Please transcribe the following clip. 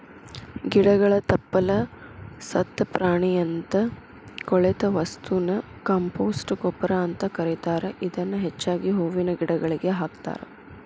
ಗಿಡಗಳ ತಪ್ಪಲ, ಸತ್ತ ಪ್ರಾಣಿಯಂತ ಕೊಳೆತ ವಸ್ತುನ ಕಾಂಪೋಸ್ಟ್ ಗೊಬ್ಬರ ಅಂತ ಕರೇತಾರ, ಇದನ್ನ ಹೆಚ್ಚಾಗಿ ಹೂವಿನ ಗಿಡಗಳಿಗೆ ಹಾಕ್ತಾರ